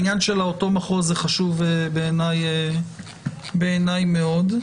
העניין של אותו מחוז חשוב בעיניי מאוד.